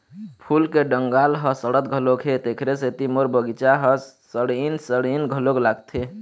फूल के डंगाल ह सड़त घलोक हे, तेखरे सेती मोर बगिचा ह सड़इन सड़इन घलोक लागथे